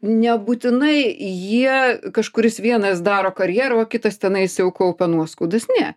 nebūtinai jie kažkuris vienas daro karjerą o kitas tenais jau kaupia nuoskaudas ne